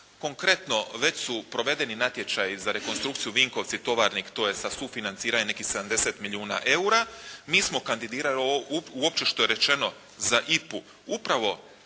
Konkretno već su provedeni natječaji za rekonstrukciju Vinkovci-Tovarnik to je sa sufinanciranjem nekih 70 milijuna eura. Mi smo kandidirali uopće što je rečeno za IPA-u